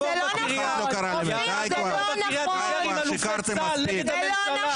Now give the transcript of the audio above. -- ודיבר עם אלופי צה"ל נגד הממשלה.